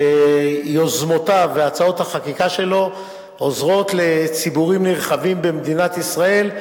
ויוזמותיו והצעות החקיקה שלו עוזרות לציבורים נרחבים במדינת ישראל,